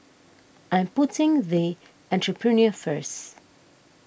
I'm putting the Entrepreneur First